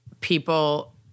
people